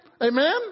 Amen